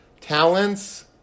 talents